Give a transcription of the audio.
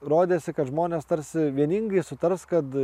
rodėsi kad žmonės tarsi vieningai sutars kad